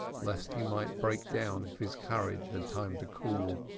lest he might break down if his courage had time to cool.